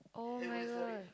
[oh]-my-god